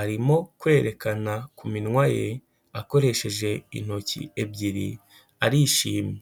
arimo kwerekana ku minwa ye, akoresheje intoki ebyiri, arishimye.